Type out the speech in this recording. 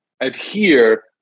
adhere